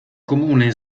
comune